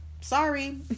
sorry